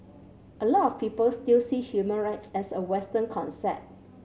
a lot of people still see human rights as a Western concept